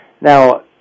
Now